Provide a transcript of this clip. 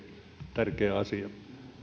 tärkeä asia